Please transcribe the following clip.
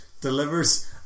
delivers